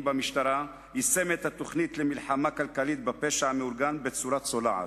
במשטרה יישם את התוכנית למלחמה כלכלית בפשע המאורגן בצורה צולעת,